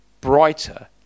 brighter